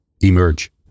emerge